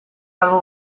albo